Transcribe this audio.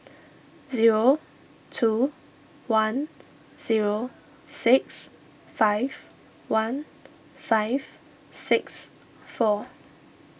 zero two one zero six five one five six four